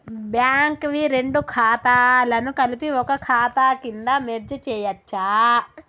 Bank వి రెండు ఖాతాలను కలిపి ఒక ఖాతా కింద మెర్జ్ చేయచ్చా?